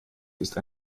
ist